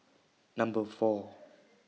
Number four